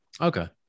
Okay